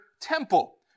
temple